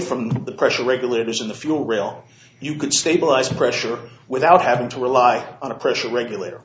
from the pressure regulators in the fuel rail you can stabilize the pressure without having to rely on a pressure regulator